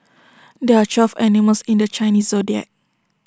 there are twelve animals in the Chinese Zodiac